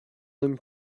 homme